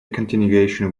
continuation